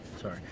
sorry